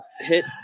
Hit